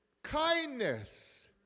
Kindness